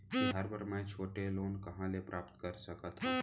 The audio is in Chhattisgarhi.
तिहार बर मै छोटे लोन कहाँ ले प्राप्त कर सकत हव?